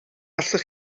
allwch